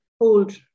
hold